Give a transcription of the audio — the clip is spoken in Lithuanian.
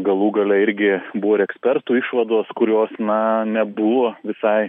galų gale irgi buvo ir ekspertų išvados kurios na nebuvo visai